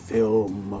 Film